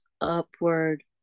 upward